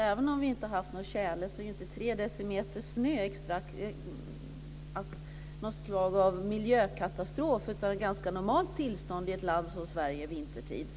Även om det inte har varit tjäle är ju inte tre decimeter snö något slag av miljökatastrof, utan det är faktiskt ett ganska normalt tillstånd i ett land som Sverige vintertid.